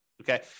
okay